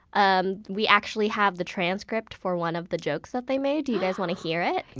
um we actually have the transcript for one of the jokes that they made. do you guys want to hear it?